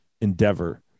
endeavor